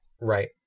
Right